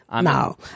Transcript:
No